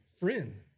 Friend